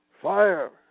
fire